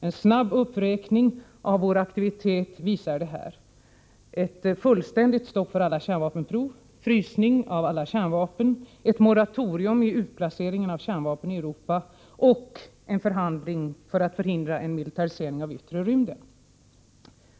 En snabb uppräkning av våra aktiviteter visar detta: Ett fullständigt stopp för alla kärnvapenprov, frysning av alla kärnvapen, ett moratorium vad avser utplacering av kärnvapen i Europa och en förhandling för att förhindra en militarisering av yttre rymden.